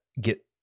get